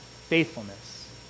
faithfulness